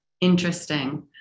interesting